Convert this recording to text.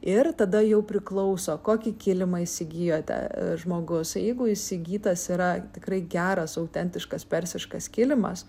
ir tada jau priklauso kokį kilimą įsigijote žmogus jeigu įsigytas yra tikrai geras autentiškas persiškas kilimas